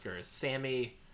sammy